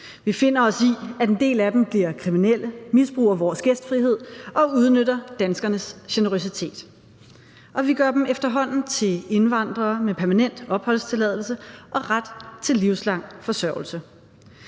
Vi finder os i, at en del af dem bliver kriminelle, misbruger vores gæstfrihed og udnytter danskernes generøsitet. Og vi gør dem efterhånden til indvandrere med permanent opholdstilladelse og ret til livslang forsørgelse.